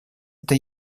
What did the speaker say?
это